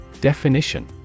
Definition